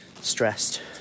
stressed